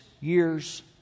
years